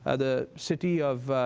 ah the city of